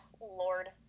lord